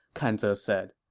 kan ze said.